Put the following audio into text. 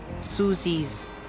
Susie's